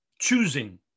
Choosing